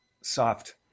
Soft